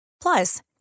Plus